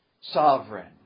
sovereign